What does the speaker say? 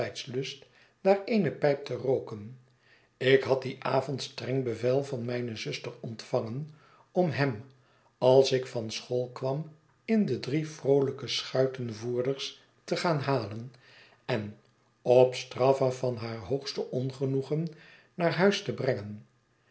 daar eene pijp te rooken ik had dien avond streng bevel van mijne zuster ontvangen om hem als ik van school kwam in de drie vroolijke schuitenvoerders te gaan halen en op straffe van haar hoogste ongenoegen naar huis te brengen